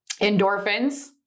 endorphins